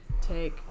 Take